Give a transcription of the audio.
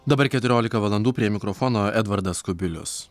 dabar keturiolika valandų prie mikrofono edvardas kubilius